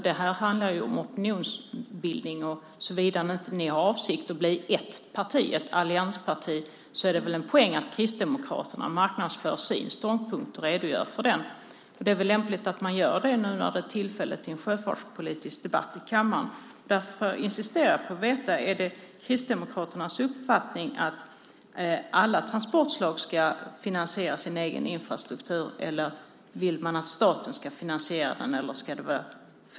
Det här handlar om opinionsbildning, och såvida ni inte har för avsikt att bilda ett alliansparti är det väl en poäng i att Kristdemokraterna marknadsför sin ståndpunkt och redogör för den. Det är lämpligt att man gör det nu när det är sjöfartspolitisk debatt i kammaren. Därför insisterar jag på att få veta: Är det Kristdemokraternas uppfattning att alla transportslag ska finansiera sin egen infrastruktur, eller vill man att staten ska finansiera den?